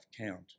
count